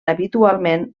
habitualment